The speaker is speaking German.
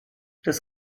das